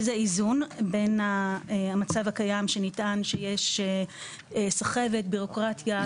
איזון בין המצב הקיים שניתן, שיש סחבת, בירוקרטיה.